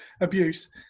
abuse